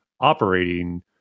operating